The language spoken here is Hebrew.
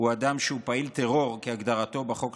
הוא אדם שהוא פעיל טרור כהגדרתו בחוק